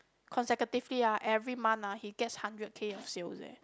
consecutively ah every month ah he gets hundred K of sales eh